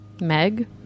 Meg